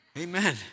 Amen